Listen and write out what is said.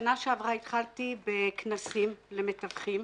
שנה שעברה התחלתי בכנסים למתווכים.